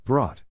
Brought